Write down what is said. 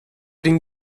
din